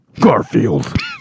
garfield